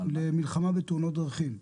למלחמה בתאונות דרכים.